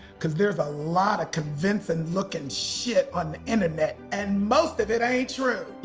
cause there's a lot of convincing-looking shit on the internet. and most of it ain't true.